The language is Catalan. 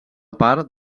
part